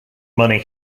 money